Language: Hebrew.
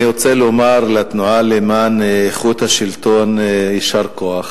אני רוצה לומר לתנועה לאיכות השלטון: יישר כוח.